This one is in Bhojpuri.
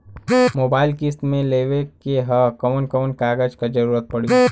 मोबाइल किस्त मे लेवे के ह कवन कवन कागज क जरुरत पड़ी?